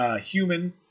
human